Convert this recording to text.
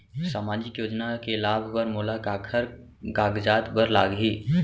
सामाजिक योजना के लाभ बर मोला काखर कागजात बर लागही?